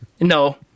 No